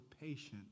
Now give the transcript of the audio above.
patient